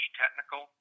technical